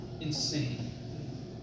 Insane